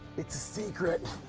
it's a secret.